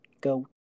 go